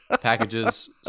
packages